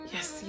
Yes